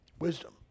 Wisdom